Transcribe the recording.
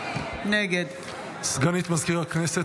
נגד סגנית מזכיר הכנסת,